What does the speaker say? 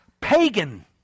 pagan